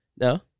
No